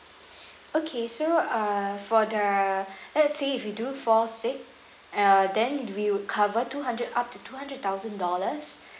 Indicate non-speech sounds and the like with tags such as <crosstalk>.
<breath> okay so uh for the <breath> let's say if you do fall sick uh then we would cover two hundred up to two hundred thousand dollars <breath>